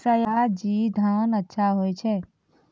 सयाजी धान अच्छा होय छै?